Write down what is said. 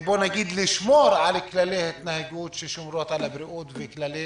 לשמור על כללי ההתנהגות ששומרים על הבריאות וכללי